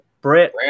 Brett